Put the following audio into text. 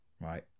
Right